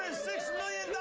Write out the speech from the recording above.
six million